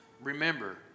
Remember